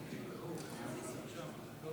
שלום.